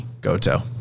Goto